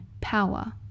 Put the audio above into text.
power